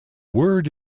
word